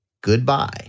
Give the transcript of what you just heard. goodbye